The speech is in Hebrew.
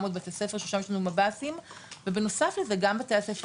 בתי ספר ששם יש לנו מב"סים ובנוסף לזה גם בתי הספר